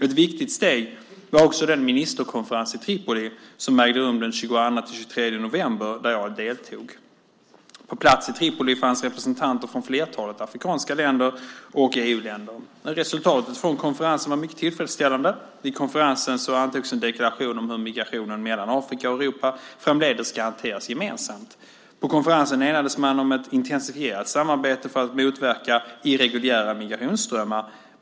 Ett viktigt steg var också den ministerkonferens i Tripoli som ägde rum den 22-23 november, där jag deltog. På plats i Tripoli fanns representanter från flertalet afrikanska länder och EU-länder. Resultatet från konferensen var mycket tillfredsställande. Vid konferensen antogs en deklaration om hur migrationen mellan Afrika och Europa framdeles ska hanteras gemensamt. På konferensen enades man om ett intensifierat samarbete för att motverka irreguljära migrationsströmmar.